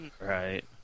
Right